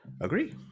agree